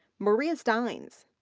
maria stiens.